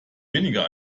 weniger